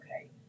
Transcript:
okay